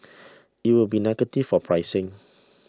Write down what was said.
it would be negative for pricing